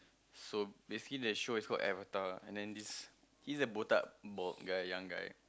so basically that show is called Avatar and then this he's a botak bald guy young guy